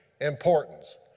importance